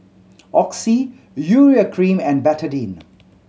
Oxy Urea Cream and Betadine